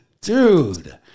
Dude